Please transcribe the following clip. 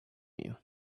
you